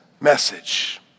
message